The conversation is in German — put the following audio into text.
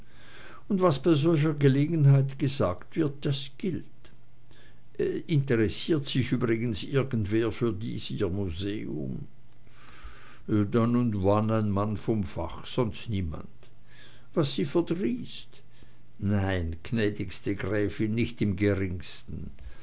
und was bei solcher gelegenheit gesagt wird das gilt interessiert sich übrigens irgendwer für dies ihr museum dann und wann ein mann von fach sonst niemand was sie verdrießt nein gnädigste gräfin nicht im geringsten